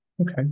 Okay